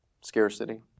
Scarcity